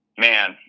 man